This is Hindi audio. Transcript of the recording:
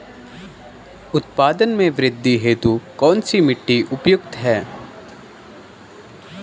उत्पादन में वृद्धि हेतु कौन सी मिट्टी उपयुक्त है?